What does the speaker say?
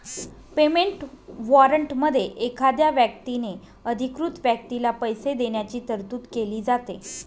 payment वॉरंटमध्ये एखाद्या व्यक्तीने अधिकृत व्यक्तीला पैसे देण्याची तरतूद केली जाते